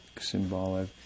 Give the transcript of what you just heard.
symbolic